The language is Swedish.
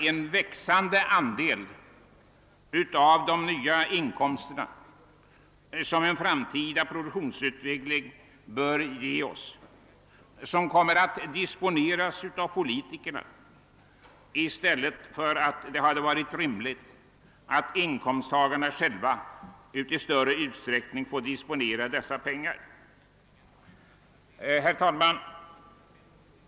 En växande andel av de nya inkomster som en framtida produktionsutveckling bör ge oss kommer sålunda att disponeras av politikerna i stället för att inkomsttagarna själva, såsom hade varit rimligt, i större utsträckning fått disponera dessa pengar. Herr tålman!